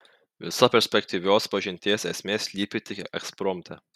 visa perspektyvios pažinties esmė slypi tik ekspromte